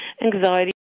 anxiety